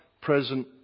present